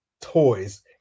toys